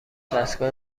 دستگاه